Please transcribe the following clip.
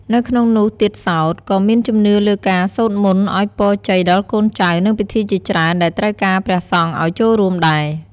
នៅក្នុងនោះទៀតសោត ក៏មានជំនឿលើការសូត្រមន្តឲ្យពរជ័យដល់កូនចៅ និង ពិធីជាច្រើនដែលត្រូវការព្រះសង្ឃឲ្យចូលរួមដែរ។